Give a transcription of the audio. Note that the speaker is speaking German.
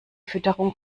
fütterung